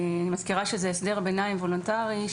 אני מזכירה שזהו הסדר ביניים וולונטרי,